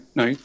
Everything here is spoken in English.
no